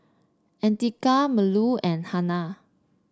Andika Melur and Hana